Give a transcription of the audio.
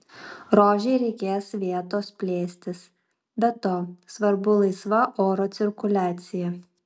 rožei reikės vietos plėstis be to svarbu laisva oro cirkuliacija